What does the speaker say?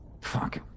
Fuck